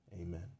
Amen